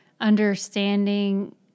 understanding